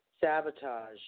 sabotage